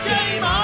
Game